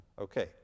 Okay